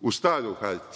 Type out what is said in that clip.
u staru hartiju.U